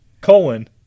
Colon